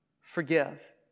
forgive